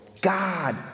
God